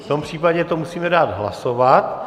V tom případě to musíme dát hlasovat.